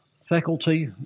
faculty